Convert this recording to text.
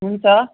हुन्छ